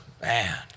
Man